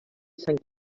sant